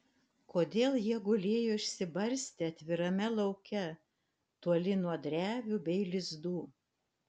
kodėl jie gulėjo išsibarstę atvirame lauke toli nuo drevių bei lizdų